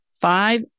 five